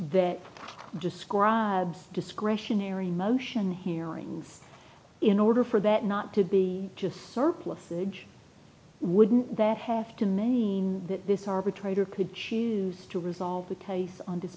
that describes discretionary motion hearing in order for that not to be just surplusage wouldn't that have to mean that this arbitrator could choose to resolve to tell you on this